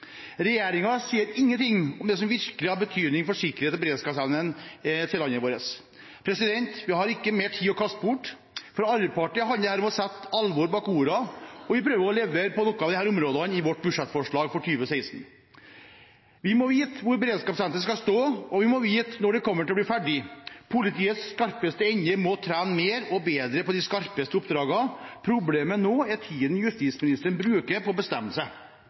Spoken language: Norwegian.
sier ingenting om det som virkelig har betydning for sikkerhets- og beredskapsevnen til landet vårt. Vi har ikke mer tid å kaste bort. For Arbeiderpartiet handler dette om å sette alvor bak ordene, og vi prøver å levere på noen av disse områdene i vårt budsjettforslag for 2016. Vi må vite hvor beredskapssenteret skal stå, og vi må vite når det kommer til å bli ferdig. Politiets skarpeste ende må trene mer og bedre på de skarpeste oppdragene. Problemet nå er tiden justisministeren bruker på å bestemme seg.